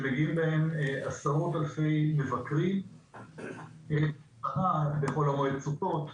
שמגיעים בהם עשרות-אלפי מבקרים כמו בחול המועד סוכות,